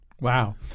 Wow